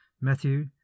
Matthew